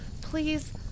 Please